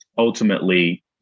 Ultimately